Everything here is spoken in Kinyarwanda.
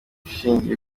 ishingiye